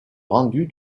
rendu